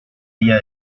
ella